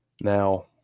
Now